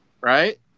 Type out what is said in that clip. right